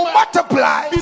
multiply